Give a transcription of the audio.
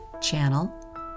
channel